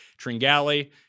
Tringali